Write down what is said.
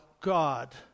God